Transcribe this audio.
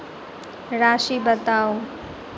राशि बताउ